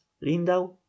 lindau